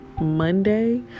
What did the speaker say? Monday